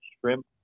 shrimp